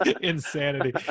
Insanity